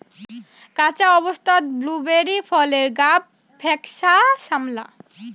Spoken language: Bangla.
কাঁচা অবস্থাত ব্লুবেরি ফলের গাব ফ্যাকসা শ্যামলা